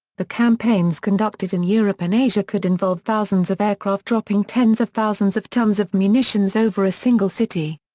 the campaigns conducted in europe and asia could involve thousands of aircraft dropping tens of thousands of tons of munitions over a single city.